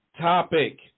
topic